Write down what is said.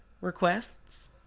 requests